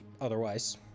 otherwise